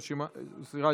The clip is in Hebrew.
סליחה,